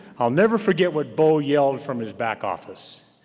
i'll never forget what bo yelled from his back office.